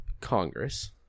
Congress